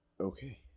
Okay